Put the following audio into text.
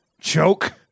choke